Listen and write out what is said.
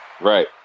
Right